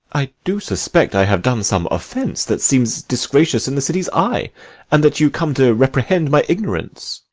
i do suspect i have done some offence that seems disgracious in the city's eye and that you come to reprehend my ignorance.